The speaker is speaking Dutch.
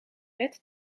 wet